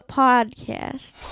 podcast